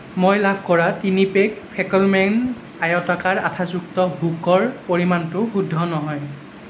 মই লাভ কৰা তিনি পেক ফেকলমেন আয়তাকাৰ আঠাযুক্ত হুকৰ পৰিমাণটো শুদ্ধ নহয়